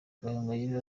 gahongayire